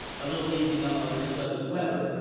a little easing-up under stress of weather,